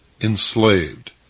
enslaved